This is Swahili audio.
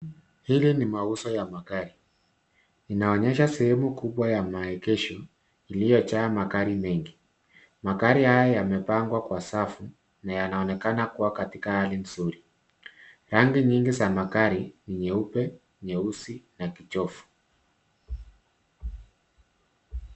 Hili ni mauzo ya magari. Inaonyesha sehemu kubwa ya maegesho iliyojaa magari mengi. Magari haya yamepangwa kwa safu na yanaonekana kuwa katika hali nzuri. Rangi nyingi za magari ni nyeupe, nyeusi na kijivu.